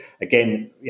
again